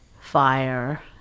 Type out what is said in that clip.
fire